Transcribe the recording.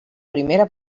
primera